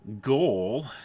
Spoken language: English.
goal